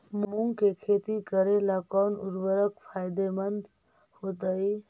मुंग के खेती करेला कौन उर्वरक फायदेमंद होतइ?